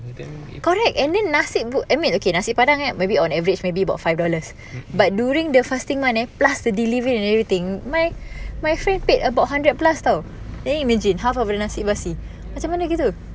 correct and then nasi I mean okay nasi padang eh maybe on average maybe about five dollars but during the fasting month eh plus the delivery and everything my my friend paid about hundred plus [tau] then imagine half of the nasi basi macam mana gitu